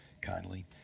kindly